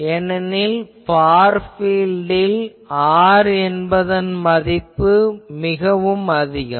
ஏனெனில் ஃபார் பீல்ட்டில் r என்பதன் மதிப்பு மிக அதிகம்